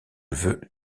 veux